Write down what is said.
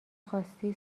خواستی